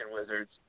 Wizards